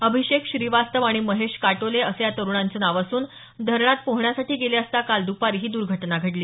अभिषेक श्रीवास्तव आणि महेश काटोले असं या तरुणांची नावं असून धरणार पोहण्यासाठी गेले असता काल द्रपारी ही द्र्घटना घडली